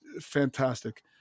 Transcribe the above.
fantastic